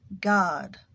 god